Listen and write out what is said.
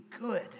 good